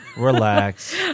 Relax